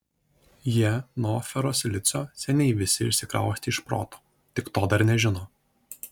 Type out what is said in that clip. jie nuo ferosilicio seniai visi išsikraustė iš proto tik to dar nežino